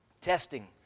Testing